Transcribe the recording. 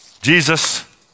Jesus